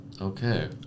Okay